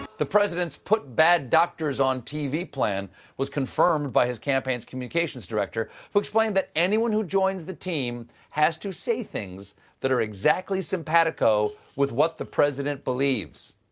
the president's put bad doctors on tv plan was confirmed by his campaign's communications director, who explained that anyone who joins the team has to say things that are exactly simpatico with what the president believes.